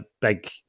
big